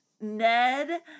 Ned